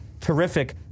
terrific